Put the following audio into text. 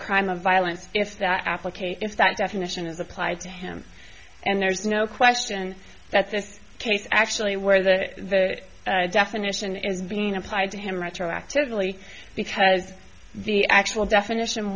crime of violence if that application is that definition is applied to him and there's no question that this case actually where that definition is being applied to him retroactively because the actual definition